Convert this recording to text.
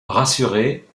rassurés